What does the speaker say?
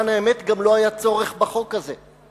למען האמת, גם לא היה צורך בחוק הזה.